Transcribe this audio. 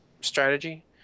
strategy